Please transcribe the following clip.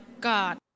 God